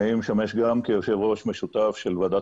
אני משמש גם כיושב ראש משותף של ועדת